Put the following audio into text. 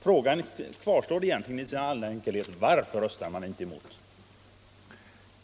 Frågan kvarstår egentligen i all sin enkelhet: Varför röstade man inte mot resolutionen?